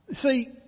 See